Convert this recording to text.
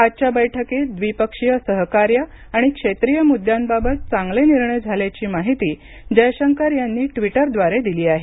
आजच्या बैठकीत द्विपक्षीय सहकार्य आणि क्षेत्रिय मुद्द्यांबाबत चांगले निर्णय झाल्याची माहिती जयशंकर यांनी ट्विटरद्वारे दिली आहे